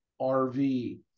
RV